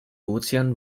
ozean